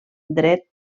dret